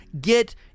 get